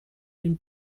den